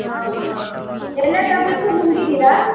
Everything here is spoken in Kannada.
ಆಂ ಹಾಂ ಎಲ್ಲ ಟ್ಯಾಬ್ಲೆಟ್ಸು ನುಂಗಿದ್ದೀರಾ